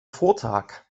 vortag